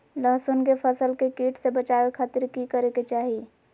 लहसुन के फसल के कीट से बचावे खातिर की करे के चाही?